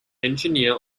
engineer